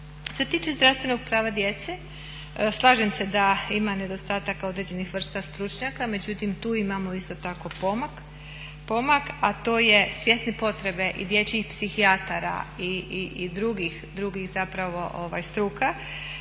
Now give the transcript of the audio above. se tiče zdravstvenog prava djece slažem se da ima nedostataka određenih vrsta stručnjaka. Međutim, tu imamo isto tako pomak, a to je svjesni potrebe i dječjih psihijatara i drugih zapravo